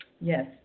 yes